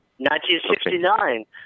1969